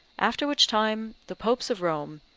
after which time the popes of rome,